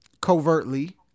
covertly